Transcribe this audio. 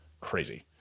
crazy